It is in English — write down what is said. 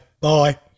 bye